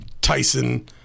Tyson